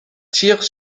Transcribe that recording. tire